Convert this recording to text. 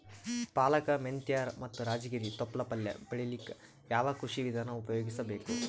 ಪಾಲಕ, ಮೆಂತ್ಯ ಮತ್ತ ರಾಜಗಿರಿ ತೊಪ್ಲ ಪಲ್ಯ ಬೆಳಿಲಿಕ ಯಾವ ಕೃಷಿ ವಿಧಾನ ಉಪಯೋಗಿಸಿ ಬೇಕು?